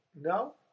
No